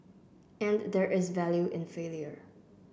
and there is value in failure